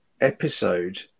episode